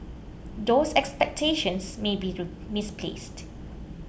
those expectations may be misplaced